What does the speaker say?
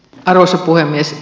arvoisa puhemies